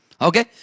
Okay